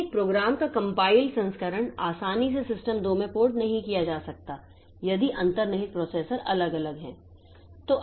इसलिए एक प्रोग्राम का कम्पाइल संस्करण आसानी से सिस्टम दो में पोर्ट नहीं किया जा सकता है यदि अंतर्निहित प्रोसेसर अलग है